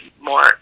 more